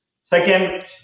Second